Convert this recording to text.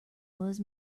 was